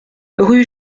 rue